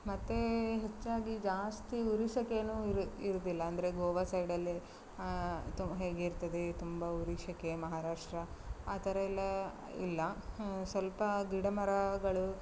ಮತ್ತು ಹೆಚ್ಚಾಗಿ ಜಾಸ್ತಿ ಉರಿ ಸೆಕೆ ಇರು ಇರೋದಿಲ್ಲ ಅದರೆ ಗೋವಾ ಸೈಡಲ್ಲಿ ತು ಹೇಗಿರ್ತದೆ ತುಂಬ ಉರಿ ಸೆಕೆ ಮಹಾರಾಷ್ಟ್ರ ಆ ಥರ ಎಲ್ಲಾ ಇಲ್ಲ ಸ್ವಲ್ಪ ಗಿಡಮರಗಳು